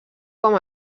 com